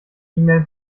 mail